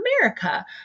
America